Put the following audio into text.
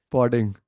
Podding